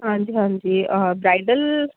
ਹਾਂਜੀ ਹਾਂਜੀ ਬ੍ਰਾਈਡਲ